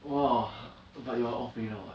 !wah! but your off day now [what]